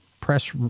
press